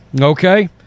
Okay